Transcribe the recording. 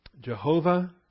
Jehovah